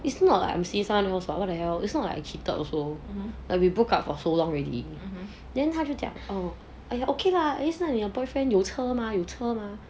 it's not like I'm seeing someone else or what the hell it's not like I cheated also like we broke up for so long already then 他就讲 oh !aiya! okay lah at least now your boyfriend 有车有车吗